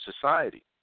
society